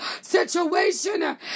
situation